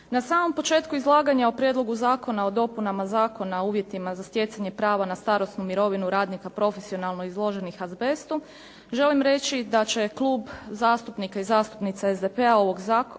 Na samom početku izlaganja o Prijedlogu zakona o dopunama Zakona o uvjetima za stjecanje prava na starosnu mirovinu radnika profesionalno izloženih azbestu želim reći da će klub zastupnika i zastupnica SDP-a podržati